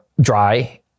dry